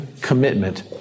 commitment